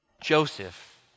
Joseph